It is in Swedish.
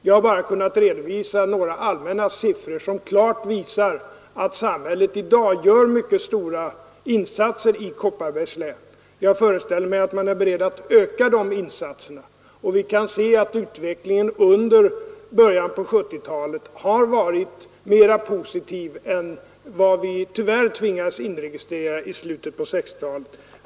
Jag har bara kunnat redovisa några allmänna siffror, som klart visar att samhället i dag gör mycket stora insatser i Kopparbergs län. Jag föreställer mig att man är beredd att öka dessa insatser, och vi kan se att utvecklingen i början av 1970-talet har varit mer positiv än den vi tyvärr tvingades inregistrera i slutet av 1960-talet.